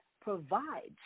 provides